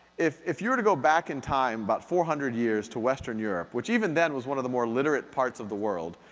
if if you were to go back in time about but four hundred years to western europe, which even then was one of the more literate parts of the world,